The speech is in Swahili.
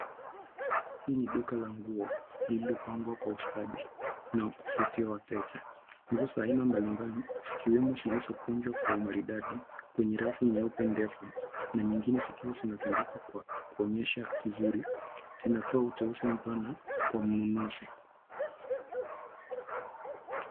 Hii ni duka la nguo lililopangwa kwa ustadi na kuvutia wateja. Nguo za aina mbalimbali zikiwemo zilizokunjwa kwa umaridadi kwenye rafu nyeupe ndefu na nyingine zikiwa zimetundikwa kwa kuonyesha vizuri, zinatoa uteuzi mpana kwa mnunuzi.